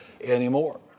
anymore